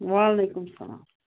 وعلیکُم السلام